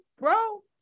bro